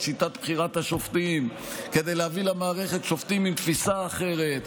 שיטת בחירת השופטים כדי להביא למערכת שופטים עם תפיסה אחרת,